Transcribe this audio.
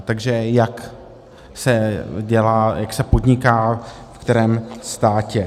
Takže jak se dělá, jak se podniká v kterém státě.